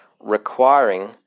requiring